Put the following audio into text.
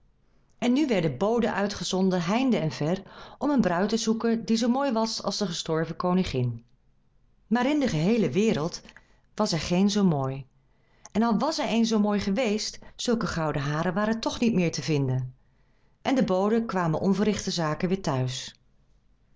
en nu werden boden uitgezonden heinde en ver om een bruid te zoeken die zoo mooi was als de gestorven koningin maar in de geheele wereld was er geen zoo mooi en al was er een zoo mooi geweest zulke gouden haren waren toch niet meer te vinden en de boden kwamen onverrichter zake weêr thuis